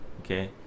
okay